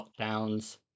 lockdowns